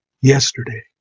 yesterday